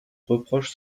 reproche